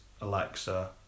Alexa